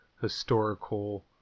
historical